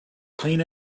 clean